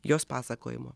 jos pasakojimo